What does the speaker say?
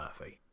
Murphy